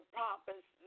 promise